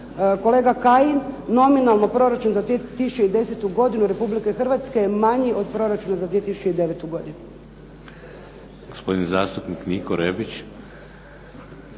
Kolega Kajin, nominalno proračun za 2010. godinu Republike Hrvatske je manji od proračuna za 2009. godinu.